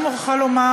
אני מוכרחה לומר,